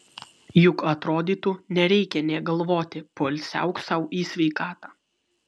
juk atrodytų nereikia nė galvoti poilsiauk sau į sveikatą